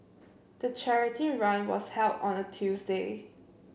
the charity run was held on a Tuesday